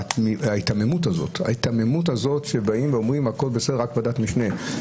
ויש ההיתממות כשבאים לפה ואומרים שהכל בסדר וזאת רק ועדת משנה.